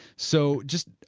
so, just,